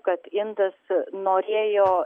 kad indas norėjo